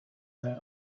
their